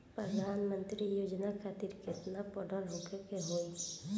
प्रधानमंत्री योजना खातिर केतना पढ़ल होखे के होई?